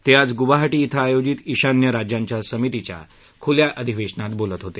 ते आज गुवाहाटी श्वं आयोजित ईशान्य राज्यांच्या समितीच्या खुल्या अधिवेशनात बोलत होते